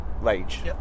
rage